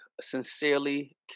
Sincerely